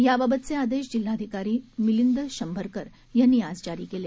याबाबतचे आदेश जिल्हाधिकारी मिलिंद शंभरकर यांनी आज जारी केले